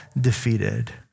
defeated